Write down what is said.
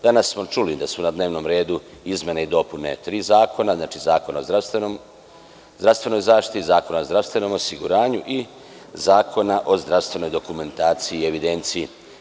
Danas smo čuli da su na dnevnom redu izmene i dopune tri zakona, znači, Zakon o zdravstvenoj zaštiti, Zakon o zdravstvenom osiguranju i Zakona o zdravstvenoj dokumentaciji i evidenciji.